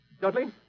Dudley